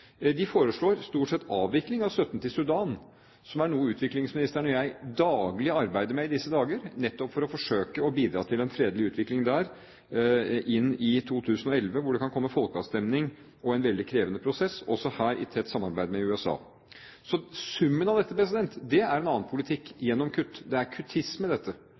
De foreslår stort sett avvikling av støtten til Sudan, som er noe utviklingsministeren og jeg daglig arbeider med i disse dager, nettopp for å forsøke å bidra til en fredelig utvikling der inn i 2011, hvor det kan komme folkeavstemning og en veldig krevende prosess – også her i tett samarbeid med USA. Summen av dette er en annen politikk gjennom kutt. Det er kuttisme, dette.